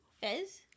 Fez